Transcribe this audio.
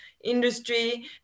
industry